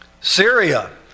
Syria